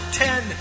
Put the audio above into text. ten